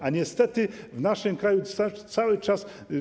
A niestety w naszym kraju cały czas.